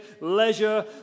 leisure